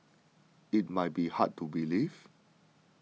it might be hard to believe